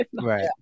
Right